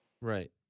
Right